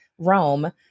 Rome